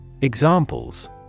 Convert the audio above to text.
Examples